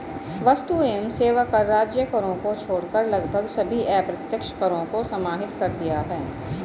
वस्तु एवं सेवा कर राज्य करों को छोड़कर लगभग सभी अप्रत्यक्ष करों को समाहित कर दिया है